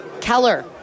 keller